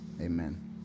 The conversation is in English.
Amen